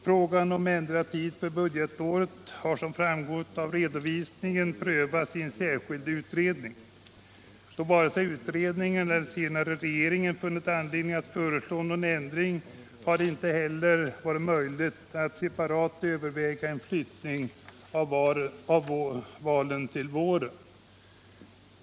Frågan om ändrad tid för budgetåret har, som framgår av redovisningen, prövats av en särskild utredning. Då vare sig utredningen eller senare regeringen funnit anledning att föreslå ändringar har det heller inte varit möjligt att separat överväga en flyttning av valen till våren.